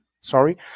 sorry